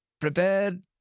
prepared